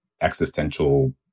existential